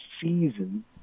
season